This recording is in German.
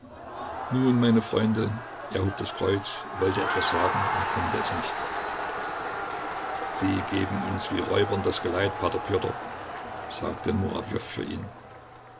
nun meine freunde er hob das kreuz wollte etwas sagen und konnte es nicht sie geben uns wie räubern das geleit p pjotr sagte murawjow für ihn